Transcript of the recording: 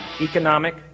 economic